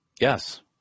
Yes